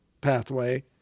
pathway